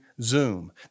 Zoom